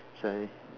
sorry